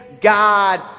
God